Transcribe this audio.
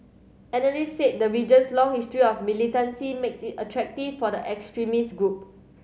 analysts said the region's long history of militancy makes it attractive for the extremist group